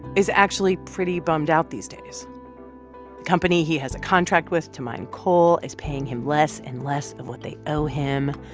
is actually pretty bummed out these days. the company he has a contract with to mine coal is paying him less and less of what they owe him.